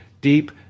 Deep